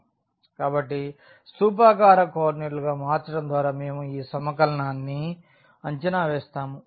కాబట్టి స్థూపాకార కోఆర్డినేట్లుగా మార్చడం ద్వారా మేము ఈ సమకలనాన్ని అంచనా వేస్తాము